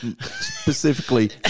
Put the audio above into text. Specifically